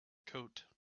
coat